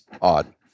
odd